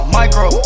micro